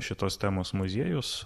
šitos temos muziejus